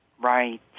Right